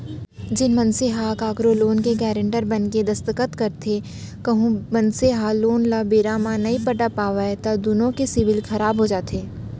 जेन मनसे ह कखरो लोन के गारेंटर बनके दस्कत करे रहिथे कहूं मनसे ह लोन ल बेरा म नइ पटा पावय त दुनो के सिविल खराब हो जाथे